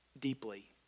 deeply